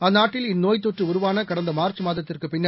அந்நாட்டில் இந்நோய்த் தொற்றுஉருவானகடந்தமார்ச் மாதத்திற்குப் பின்னர்